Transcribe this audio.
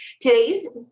Today's